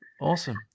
Awesome